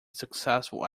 successful